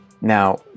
Now